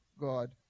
god